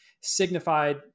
signified